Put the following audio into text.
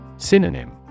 Synonym